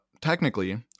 technically